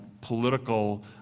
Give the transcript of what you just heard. political